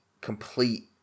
complete